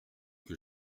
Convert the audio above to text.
que